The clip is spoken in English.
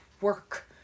work